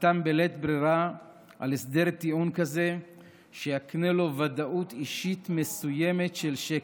חתם בלית ברירה על הסדר טיעון כזה שיקנה לו ודאות אישית מסוימת של שקט.